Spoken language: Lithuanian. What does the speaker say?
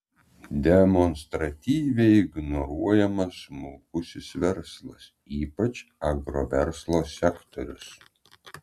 demonstratyviai ignoruojamas smulkusis verslas ypač agroverslo sektorius